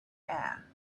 air